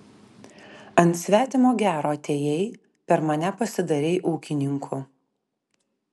ant svetimo gero atėjai per mane pasidarei ūkininku